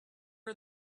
are